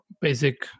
basic